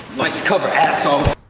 nice cover, asshole.